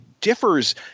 differs